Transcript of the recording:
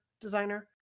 designer